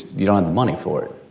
you don't have the money for it.